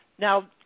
Now